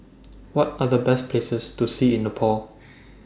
What Are The Best Places to See in Nepal